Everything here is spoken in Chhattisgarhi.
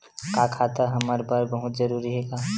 का खाता हमर बर बहुत जरूरी हे का?